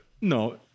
No